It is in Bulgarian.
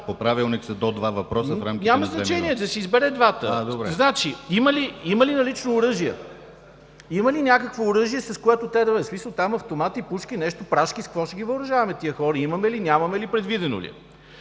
по правилник са до два въпроса в рамките на две минути. АНТОН КУТЕВ: Няма значение. Той да си избере двата. Значи, има ли налично оръжие? Има ли някакво оръжие, с което те да боравят – в смисъл автомати, пушки, прашки, с какво ще ги въоръжаваме тези хора? Имаме ли, нямаме ли, предвидено ли